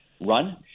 run